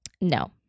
No